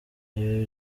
ibi